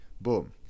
Boom